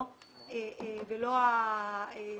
ולא הספקים.